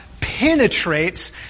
penetrates